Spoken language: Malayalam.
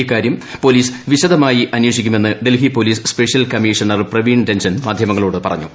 ഇക്കാര്യം പൊലീസ് വിശദമായി അന്വേഷിക്കുമെന്ന് Delhi police special commissioner Praveer Ranjan മാധ്യമങ്ങളോട് പറഞ്ഞു